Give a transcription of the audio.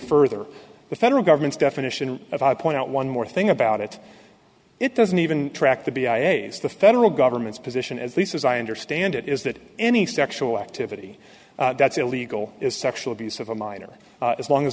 further the federal government's definition if i point out one more thing about it it doesn't even track to be i a s the federal government's position at least as i understand it is that any sexual activity that's illegal is sexual abuse of a minor as as long